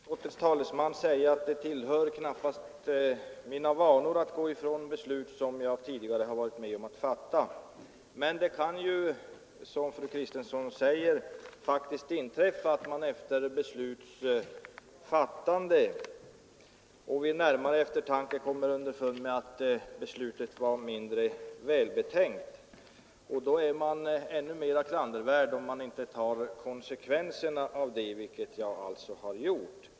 Herr talman! Jag vill till utskottets talesman säga att det tillhör knappast mina vanor att gå ifrån beslut som jag har varit med om att fatta. Men det kan ju, som fru Kristensson säger, faktiskt inträffa att man efter besluts fattande och vid närmare eftertanke kommer underfund med att beslutet var mindre välbetänkt, och då är man ännu mera klandervärd om man inte tar konsekvenserna av det, vilket jag alltså har gjort.